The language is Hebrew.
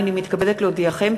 הנני מתכבדת להודיעכם,